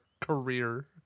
career